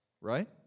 right